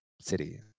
City